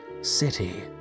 city